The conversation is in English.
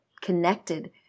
connected